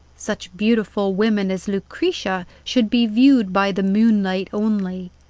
such beautiful women as lucretia should be viewed by the moonlight only.